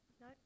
No